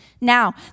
Now